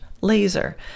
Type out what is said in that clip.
laser